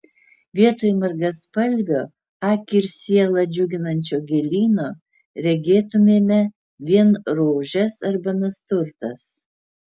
vietoj margaspalvio akį ir sielą džiuginančio gėlyno regėtumėme vien rožes arba nasturtas